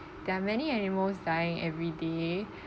there are many animals dying everyday